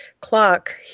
clock